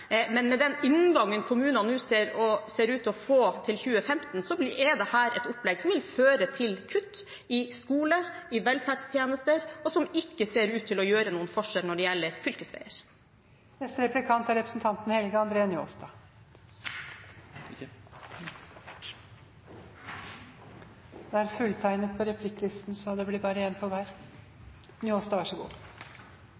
men med den inngangen kommunene nå ser ut til å få til 2015, er dette et opplegg som vil føre til kutt i skole, i velferdstjenester, og som ikke ser ut til å gjøre noen forskjell når det gjelder fylkesveier. KS vart mykje nemnt i representanten